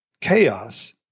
chaos